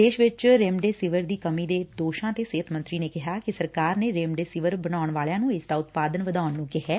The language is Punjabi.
ਦੇਸ਼ ਚ ਰੇਮਡੇ ਸਿਵਰ ਦੀ ਕਮੀ ਦੇ ਦੋਸ਼ਾਂ ਤੇ ਸਿਹਤ ਮੰਤਰੀ ਨੇ ਕਿਹਾ ਕਿ ਸਰਕਾਰ ਨੇ ਰੇਮਡੇ ਸਿਵਰ ਬਣਾਉਣ ਵਾਲਿਆ ਨੂੰ ਇਸ ਦਾ ਉਤਪਾਦਨ ਵਧਾਉਣ ਨੂੰ ਕਿਹੈ